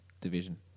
division